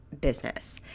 business